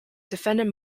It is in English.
defended